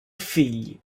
figli